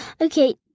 Okay